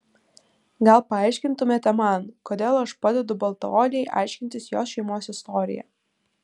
gal paaiškintumėte man kodėl aš padedu baltaodei aiškintis jos šeimos istoriją